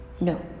No